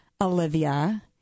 Olivia